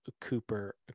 Cooper